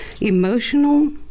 emotional